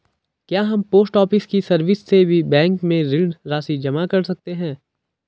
क्या हम post office की सर्विस से भी बैंक में ऋण राशि जमा कर सकते हैं?